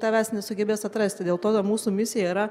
tavęs nesugebės atrasti dėl to mūsų misija yra